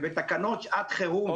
ובתקנות שעת חירום,